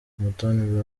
umutoni